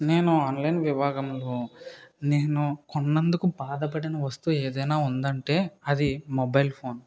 నేను ఆన్లైన్ విభాగంలో నేను కొన్నందుకు బాధపడిన వస్తువు ఏదైనా ఉందంటే అది మొబైల్ ఫోన్